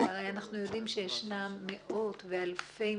אנחנו יודעים שישנם מאות ואלפי מקרים,